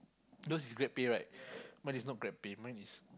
those is grab pay right mine is not grab pay mine is